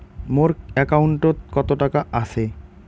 মোর একাউন্টত কত টাকা আছে?